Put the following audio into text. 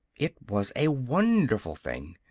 it was a wonderful thing.